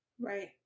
Right